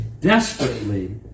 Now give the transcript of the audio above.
desperately